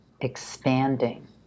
expanding